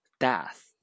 Death